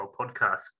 podcast